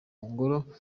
ngoro